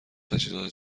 تجهیزات